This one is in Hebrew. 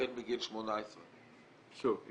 החל מגיל 18. שוב,